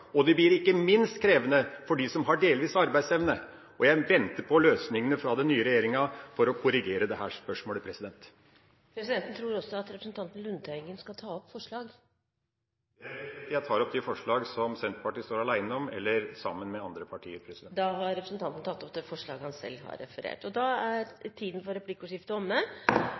Det blir ikke minst krevende for dem som har delvis arbeidsevne. Jeg venter på løsningene fra den nye regjeringa for å korrigere dette spørsmålet. Presidenten tror at representanten Lundteigen også skal ta opp forslag. Det er helt riktig. Jeg tar opp de forslagene som Senterpartiet står alene om eller er sammen med andre partier om. Da har representanten Per Olaf Lundteigen tatt opp de forslagene han